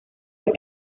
your